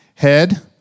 Head